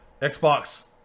Xbox